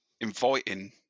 inviting